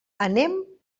anem